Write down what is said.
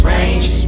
Range